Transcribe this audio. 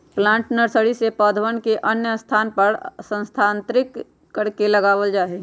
plant nursery से पौधवन के अन्य स्थान पर स्थानांतरित करके लगावल जाहई